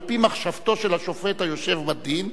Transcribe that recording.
על-פי מחשבתו של השופט היושב בדין,